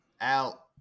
Out